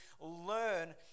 learn